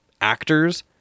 actors